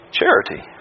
charity